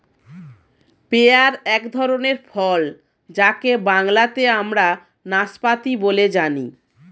pair এক ধরনের ফল যাকে বাংলাতে আমরা নাসপাতি বলে জানি